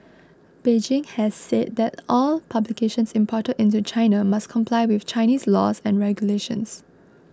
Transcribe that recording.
Beijing has said that all publications imported into China must comply with Chinese laws and regulations